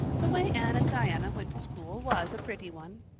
the way anne and diana went to school was a pretty one.